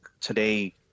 today